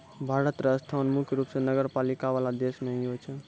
भारत र स्थान मुख्य रूप स नगरपालिका वाला देश मे ही होय छै